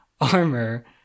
armor